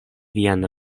vian